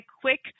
quick